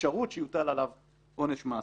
שיוטל עליו עונש מאסר.